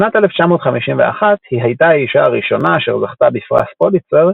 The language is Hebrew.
בשנת 1951 היא הייתה האישה הראשונה אשר זכתה בפרס פוליצר